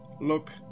look